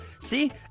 See